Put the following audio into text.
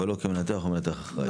אבל לא כמנתח או מנתח אחראי.